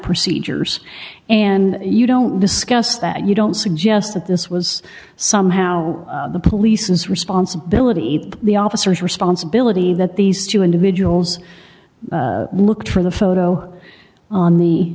procedures and you don't discuss that you don't suggest that this was somehow the police's responsibility that the officers responsibility that these two individuals looked for the photo on the